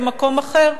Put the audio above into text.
במקום אחר.